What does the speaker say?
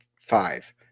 five